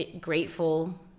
grateful